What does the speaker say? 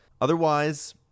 Otherwise